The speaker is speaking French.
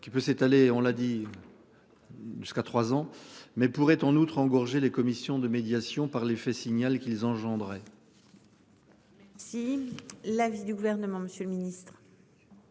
qui peut s'étaler, on l'a dit. Jusqu'à trois ans mais pourrait en outre engorger les commissions de médiation par les effet signale qu'ils engendraient. La fumée. Si l'avis du gouvernement, Monsieur le Ministre.